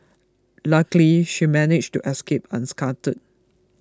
luckily she managed to escape unscathed